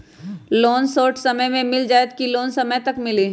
Loan short समय मे मिल जाएत कि लोन समय तक मिली?